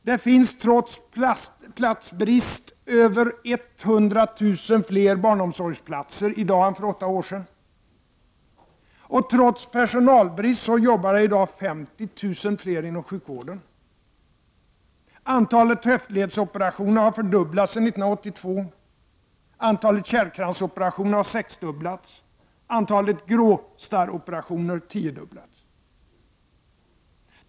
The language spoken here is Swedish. Det finns trots platsbrist över 100 000 fler barnomsorgsplatser i dag än för åtta år sedan. Trots personalbrist jobbar i dag 50 000 fler inom sjukvården. Antalet höftledsoperationer har fördubblats sedan 1982. Antalet kärlkransoperationer har sexdubblats. Antalet gråstarroperationer har tiodubblats.